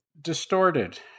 distorted